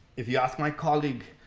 if you ask my colleague,